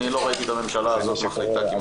אני לא ראיתי את הממשלה הזאת מחליטה כמעט שום דבר.